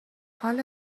حال